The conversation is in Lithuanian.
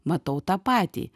matau tą patį